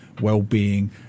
well-being